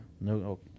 No